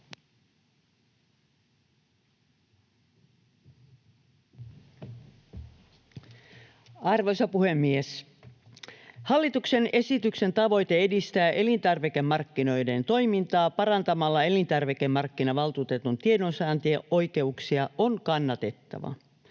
Arvoisa puhemies! Hallituksen esityksen tavoite edistää elintarvikemarkkinoiden toimintaa parantamalla elintarvikemarkkinavaltuutetun tiedonsaantioikeuksia on kannatettava,